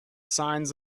signs